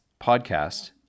podcast